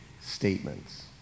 statements